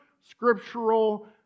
scriptural